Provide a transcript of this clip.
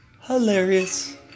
Hilarious